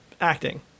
acting